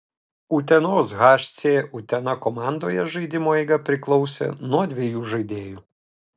utenos hc utena komandoje žaidimo eiga priklausė nuo dviejų žaidėjų